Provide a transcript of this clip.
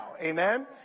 Amen